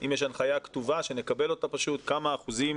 אם יש הנחיה כתובה שנקבל אותה ונדע כמה אחוזים